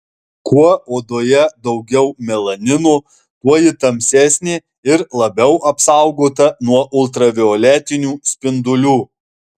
kuo odoje daugiau melanino tuo ji tamsesnė ir labiau apsaugota nuo ultravioletinių spindulių